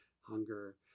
hunger